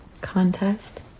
Contest